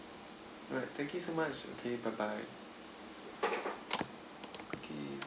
alright thank you so much okay bye bye okay